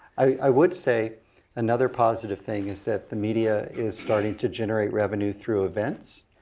i would say another positive thing is that the media is starting to generate revenue through events.